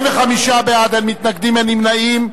45 בעד, אין מתנגדים, אין נמנעים.